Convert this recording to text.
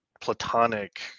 platonic